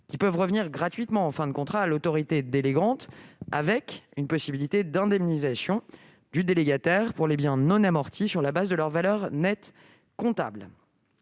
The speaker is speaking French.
qui peuvent revenir gratuitement en fin de contrat à l'autorité délégante, avec une possibilité d'indemnisation du délégataire pour les biens non amortis, sur la base de leur valeur nette comptable.